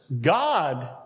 God